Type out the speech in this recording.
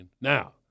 Now